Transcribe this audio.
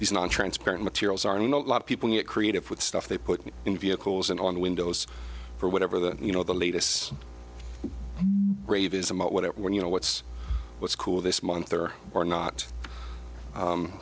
these nontransparent materials are not a lot of people get creative with stuff they put in vehicles and on the windows or whatever the you know the latest rave is about what it when you know what's what's cool this month or or not